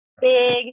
big